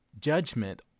Judgment